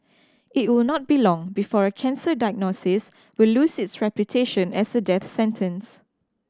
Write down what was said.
it will not be long before a cancer diagnosis will lose its reputation as a death sentence